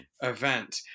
event